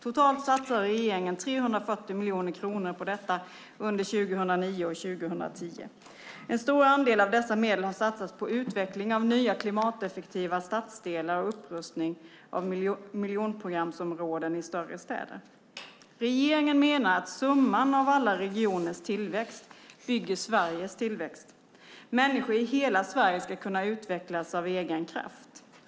Totalt satsar regeringen 340 miljoner kronor på detta under 2009-2010. En stor andel av dessa medel har satsats på utveckling av nya klimateffektiva stadsdelar och upprustning av miljonprogramsområden i större städer. Regeringen menar att summan av alla regioners tillväxt bygger Sveriges tillväxt. Människor i hela Sverige ska kunna utvecklas av egen kraft.